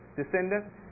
descendants